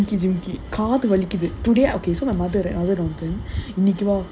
காதுvவலிக்குது:kaadhu valikuthu today okay so my mother right இன்னைக்கு:innaikku